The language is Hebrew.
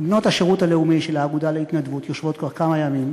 בנות השירות הלאומי של האגודה להתנדבות יושבות כבר כמה ימים,